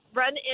run